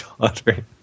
daughter